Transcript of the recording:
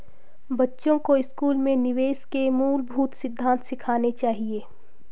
बच्चों को स्कूल में निवेश के मूलभूत सिद्धांत सिखाने चाहिए